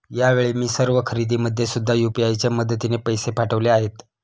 यावेळी मी सर्व खरेदीमध्ये सुद्धा यू.पी.आय च्या मदतीने पैसे पाठवले आहेत